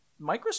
Microsoft